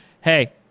hey